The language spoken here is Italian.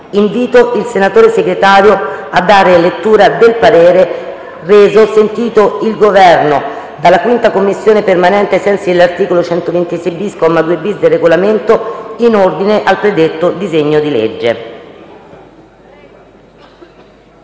Invito il senatore Segretario a dare lettura del parere reso - sentito il Governo - dalla 5[a] Commissione permanente, ai sensi dell’articolo 126-bis, comma 2-bis, del Regolamento, in ordine al predetto disegno di legge.